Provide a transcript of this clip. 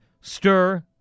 stir